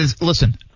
Listen